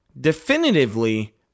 definitively